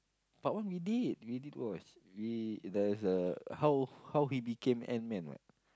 part one we did we did watch we there's a how how he became ant man what